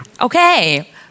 Okay